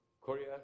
Korea